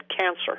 cancer